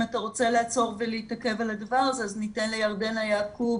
אם אתה רוצה לעצור ולהתעכב על הדבר הזה אז ניתן לירדנה יעקב,